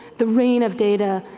the reign of data,